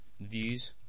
Views